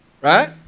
Right